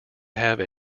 have